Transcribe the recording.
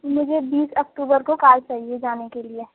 مجھے بیس اکتوبر کو کار چاہیے جانے کے لیے